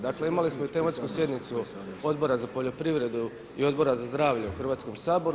Dakle, imali smo i tematsku sjednicu Odbora za poljoprivredu i Odbora za zdravlje u Hrvatskom saboru.